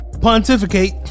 pontificate